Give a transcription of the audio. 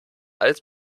als